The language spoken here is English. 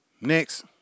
Next